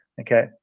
okay